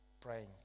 praying